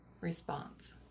response